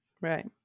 Right